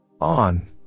On